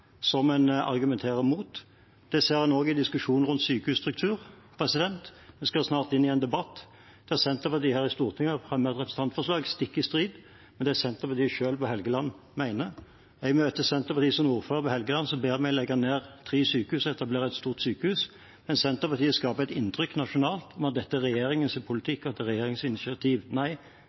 som en argumenterer mot. Det ser en også i diskusjonen rundt sykehusstruktur. Vi skal snart inn i en debatt der Senterpartiet her i Stortinget har fremmet et representantforslag stikk i strid med det Senterpartiet selv på Helgeland mener. Når jeg møter Senterpartiets ordførere på Helgeland, ber de oss legge ned tre sykehus og etablere et stort sykehus. Men Senterpartiet skaper et inntrykk nasjonalt av at dette er regjeringens politikk, og at det er regjeringens initiativ. Nei, det er Senterpartiet på Helgeland som går i